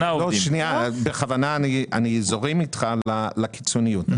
אני זורם איתך לקיצוניות.